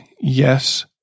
Yes